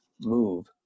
move